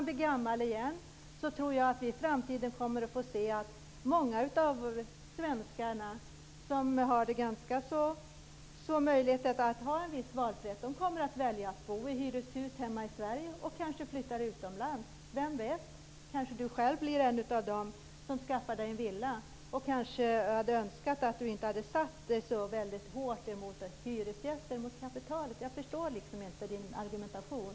Slutligen tror jag att vi i framtiden kommer att få se att många svenskar som blir gamla och som har möjlighet till en viss valfrihet kommer att välja att bo i hyreshus hemma i Sverige och kanske flytta utomlands. Vem vet, kanske Anders Ygeman själv blir en av dem som skaffar sig en villa. Kanske önskar han då att han inte hade satt hyresgästerna mot kapitalet så hårt. Jag förstår inte hans argumentation.